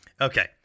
Okay